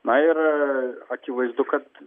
na ir akivaizdu kad